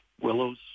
willows